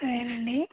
సరేనండి